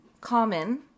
common